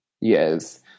Yes